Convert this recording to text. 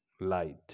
light